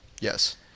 Yes